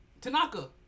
Tanaka